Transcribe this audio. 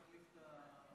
כנסת נכבדה,